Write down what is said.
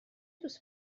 دوست